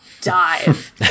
dive